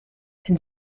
and